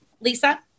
Lisa